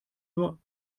nur